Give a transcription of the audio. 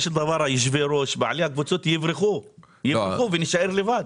של דבר יושבי-הראש בעלי הקבוצות יברחו ונישאר לבד.